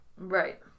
Right